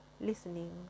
listening